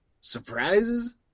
surprises